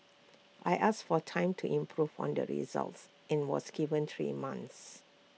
I asked for time to improve on the results and was given three months